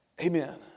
Amen